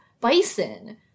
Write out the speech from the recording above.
bison